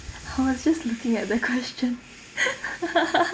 I was just looking at the question